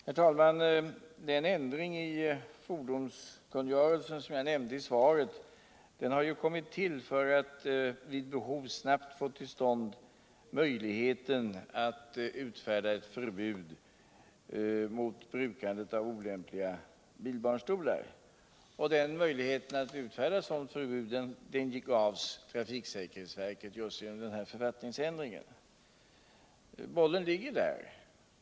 Herr talman! Den ändring i fordonskungörelsen som jag nämnde i svaret har kommit till för att man vid behov snabbt skall kunna utfärda ett förbud mot bruket av olämpliga bilbarnstolar. Möjligheterna att utfärda sådant förbud gavs trafiksäkerhetsverket just genom den här författningsändringen. Bollen ligger där.